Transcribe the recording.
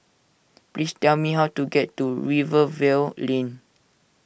please tell me how to get to Rivervale Lane